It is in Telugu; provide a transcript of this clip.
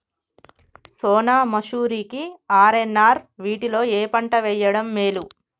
సోనా మాషురి కి ఆర్.ఎన్.ఆర్ వీటిలో ఏ పంట వెయ్యడం మేలు?